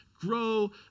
grow